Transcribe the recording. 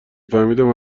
فهمیدم